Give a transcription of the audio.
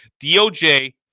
DOJ